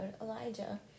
Elijah